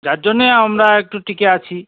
যার জন্যে আমরা একটু টিকে আছি